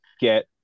get